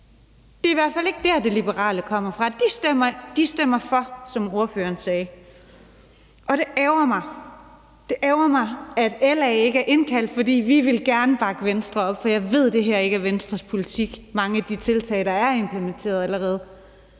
at det i hvert fald ikke er der, det liberale kommer fra. De stemmer for, som ordføreren sagde. Og det ærgrer mig. Det ærgrer mig, at LA ikke er indkaldt. For vi vil gerne bakke Venstre op, og jeg ved, at mange af de tiltag, der er implementeret allerede,